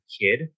kid